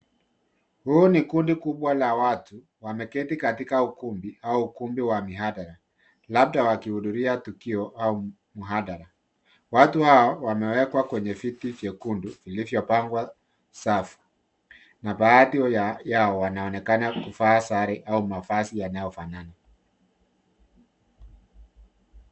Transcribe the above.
Huu ni kundi kubwa la watu wameketi katika ukumbi au ukumbi wa mihadara labda wakihudhuria tukio au mhadara ,watu hao wamewekwa kwenye fiti vyekundu zilizopangwa safi na baadhi ya yao wanaonekana kuvaa sare au mavazi yanayofanana.